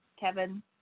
Kevin